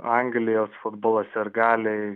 anglijos futbolo sirgaliai